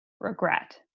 regret